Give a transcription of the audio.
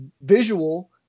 visual